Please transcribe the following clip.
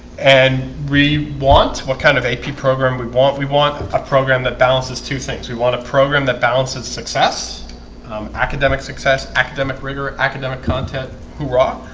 and we want what kind of ap program we want. we want a program that balances two things. we want a program that balances success academic success academic rigor academic content hoorah